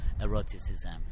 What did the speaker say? eroticism